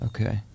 Okay